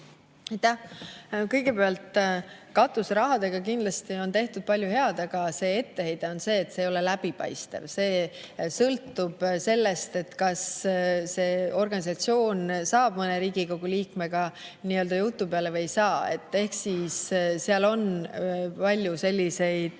Kõigepealt, katuserahadega on kindlasti tehtud palju head, aga etteheide on see, et see ei ole läbipaistev. Palju sõltub sellest, kas organisatsioon saab mõne Riigikogu liikmega nii-öelda jutu peale või ei saa. Seal on palju selliseid